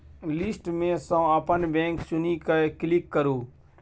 list मे सँ अपन बैंक चुनि कए क्लिक करु